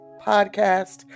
podcast